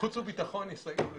חוץ וביטחון יסייעו לפנים,